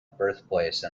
birthplace